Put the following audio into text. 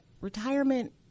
retirement